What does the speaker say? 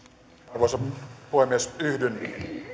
arvoisa puhemies yhdyn